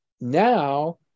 now